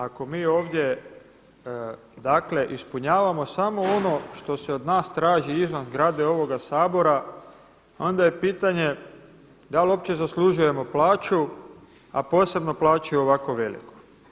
Ako mi ovdje, dakle ispunjavamo samo ono što se od nas traži izvan zgrade ovoga Sabora onda je pitanje da li uopće zaslužujemo plaću, a posebno plaću ovako veliku.